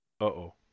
Uh-oh